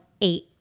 eight